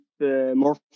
more